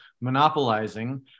monopolizing